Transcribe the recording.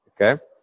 okay